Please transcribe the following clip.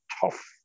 tough